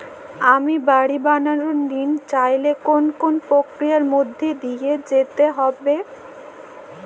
আমি বাড়ি বানানোর ঋণ চাইলে কোন কোন প্রক্রিয়ার মধ্যে দিয়ে যেতে হবে?